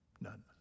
none